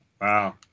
Wow